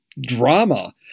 drama